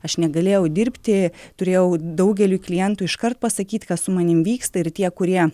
aš negalėjau dirbti turėjau daugeliui klientų iškart pasakyt kas su manim vyksta ir tie kurie